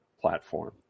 platform